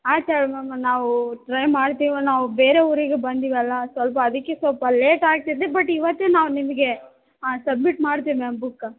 ಆಯ್ತು ಹೇಳಿ ಮ್ಯಾಮ್ ನಾವು ಟ್ರೈ ಮಾಡ್ತೀವಿ ನಾವು ಬೇರೆ ಊರಿಗೆ ಬಂದೀವಲ್ಲ ಸ್ವಲ್ಪ ಅದಕ್ಕೆ ಸ್ವಲ್ಪ ಲೇಟ್ ಆಗ್ತೈತಿ ಬಟ್ ಇವತ್ತೇ ನಾವು ನಿಮಗೆ ಸಬ್ಮಿಟ್ ಮಾಡ್ತೀವಿ ಮ್ಯಾಮ್ ಬುಕ್ಕ